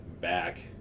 back